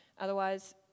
Otherwise